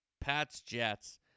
Pats-Jets